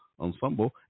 Ensemble